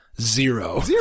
Zero